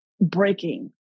breaking